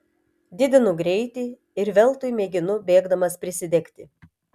didinu greitį ir veltui mėginu bėgdamas prisidegti